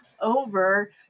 over